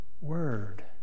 Word